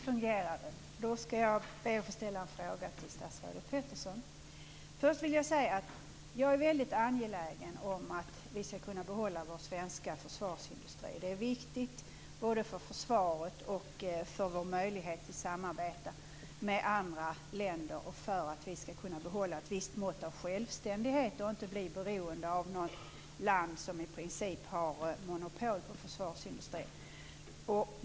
Fru talman! Jag skall be att få ställa en fråga till statsrådet Peterson. Först vill jag säga att jag är väldigt angelägen om att vi skall kunna behålla vår svenska försvarsindustri. Det är viktigt både för försvaret, för vår möjlighet till samarbete med andra länder och för att vi skall kunna behålla ett visst mått av självständighet och inte bli beroende av ett land som i princip har monopol på försvarsindustrin.